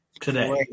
today